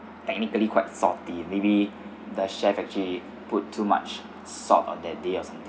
technically quite salty maybe the chef actually put too much salt on that day or something